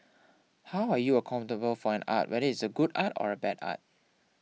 how are you accountable for an art whether is it good art or bad art